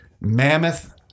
mammoth